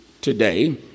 today